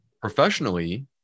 professionally